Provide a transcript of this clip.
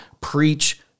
preach